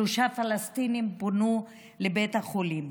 שלושה פלסטינים פונו לבית החולים.